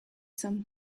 some